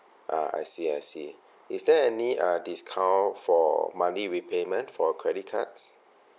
ah I see I see is there any uh discount for monthly repayment for credit cards